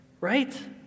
right